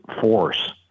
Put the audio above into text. force